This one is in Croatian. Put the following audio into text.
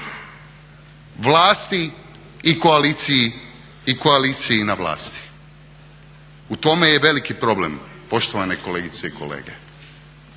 vlasti i koaliciji na vlasti. U tome je veliki problem poštovane kolegice i kolege.